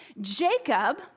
Jacob